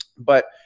but,